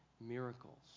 miracles